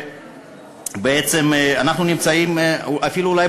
וכשבעצם אנחנו נמצאים אפילו אולי